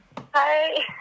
Hi